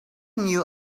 knew